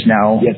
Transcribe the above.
now